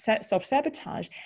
self-sabotage